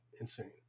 insane